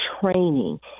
training